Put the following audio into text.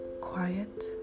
quiet